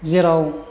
जेराव